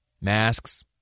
Masks